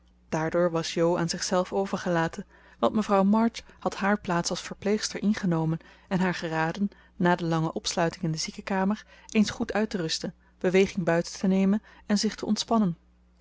daardoor was jo aan zichzelf overgelaten want mevrouw march had haar plaats als verpleegster ingenomen en haar geraden na de lange opsluiting in de ziekenkamer eens goed uit te rusten beweging buiten te nemen en zich te ontspannen